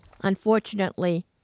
Unfortunately